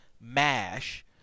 mash